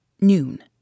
Noon